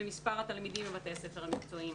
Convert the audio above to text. במספר התלמידים בבתי הספר המקצועיים.